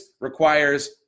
requires